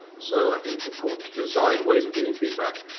so i think it's important to design ways of getting feedback.